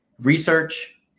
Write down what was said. research